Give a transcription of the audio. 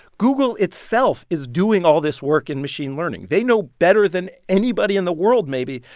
google itself is doing all this work in machine learning. they know better than anybody in the world, maybe,